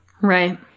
Right